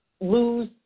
lose